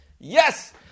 Yes